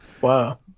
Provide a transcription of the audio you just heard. Wow